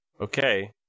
okay